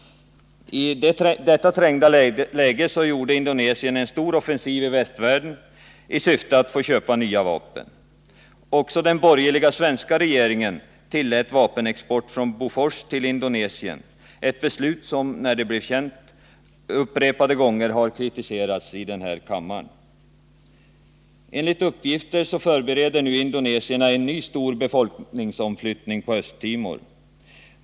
I detta trängda läge gjorde Indonesien en stor offensiv i västvärlden i syfte att få köpa nya vapen. Också den borgerliga svenska regeringen tillät vapenexport från Bofors till Indonesien, ett beslut som när det blev känt upprepade gånger har kritiserats här i kammaren. Enligt uppgifter förbereder nu indonesierna en ny stor befolkningsomflyttning på Östtimor.